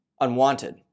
unwanted